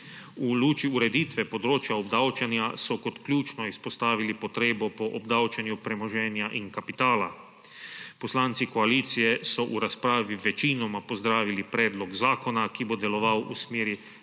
V luči ureditve področja obdavčenja so kot ključno izpostavili potrebo po obdavčenju premoženja in kapitala. Poslanci koalicije so v razpravi večinoma pozdravili predlog zakona, ki bo deloval v smeri